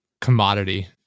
commodity